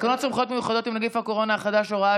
תקנות סמכויות מיוחדות להתמודדות עם נגיף הקורונה החדש (הוראת